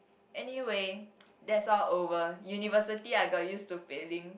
anyway that's all over university I got used to failing